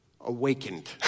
awakened